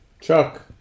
Chuck